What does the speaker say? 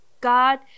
God